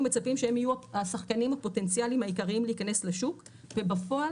מצפים שהם יהיו השחקנים הפוטנציאליים העיקריים להיכנס לשוק ובפועל